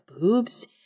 boobs